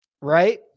right